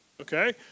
Okay